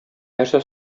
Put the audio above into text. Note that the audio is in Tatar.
нәрсә